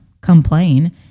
complain